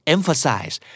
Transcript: Emphasize